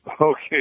Okay